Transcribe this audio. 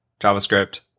JavaScript